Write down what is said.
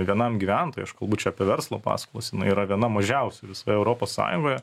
vienam gyventojui aš kalbu čia apie verslo paskolas jinai yra viena mažiausių visoje europos sąjungoje